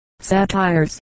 satires